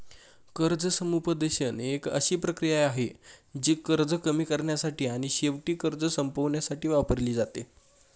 कर्ज समुपदेशन एक अशी प्रक्रिया आहे, जी कर्ज कमी करण्यासाठी आणि शेवटी कर्ज संपवण्यासाठी वापरली जाते